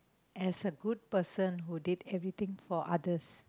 as a good person who did everything for others